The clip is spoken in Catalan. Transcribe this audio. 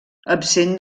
absent